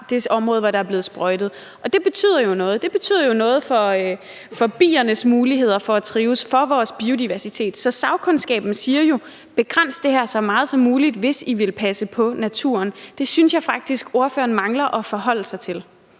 det område, hvor der er blevet sprøjtet, og det betyder jo noget. Det betyder jo noget for biernes muligheder for at trives, for vores biodiversitet. Så sagkundskaben siger jo: Begræns det her så meget som muligt, hvis I vil passe på naturen. Det synes jeg faktisk ordføreren mangler at forholde sig til.